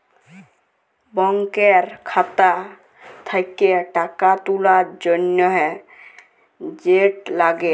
ব্যাংকের খাতা থ্যাকে টাকা তুলার জ্যনহে যেট লাগে